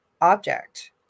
object